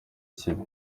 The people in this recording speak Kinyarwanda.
kibi